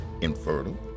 infertile